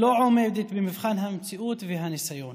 לא עומדת במבחן המציאות והניסיון